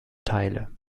teile